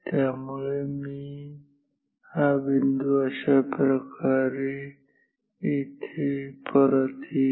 त्यामुळे हा बिंदू अशा प्रकारे इथे परत येईल